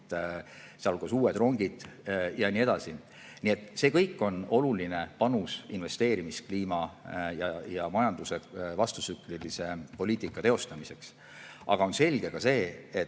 sealhulgas uued rongid ja nii edasi. Nii et see kõik on oluline panus investeerimiskliima ja majanduse vastutsüklilise poliitika teostamiseks. Aga on selge ka see, et